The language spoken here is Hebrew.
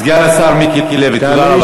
סגן השר מיקי לוי, תודה רבה.